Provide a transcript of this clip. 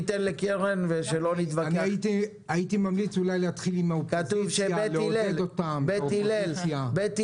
אני מבקש לדעת מתי יהיה קוורום במועצת